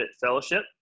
Fellowship